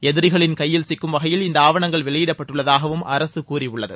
எதிரிகளின் கையில் சிக்கும்வகையில் இந்த ஆவணங்கள் வெளியிடப்பட்டுள்ளதாகவும் அரசு கூறியுள்ளது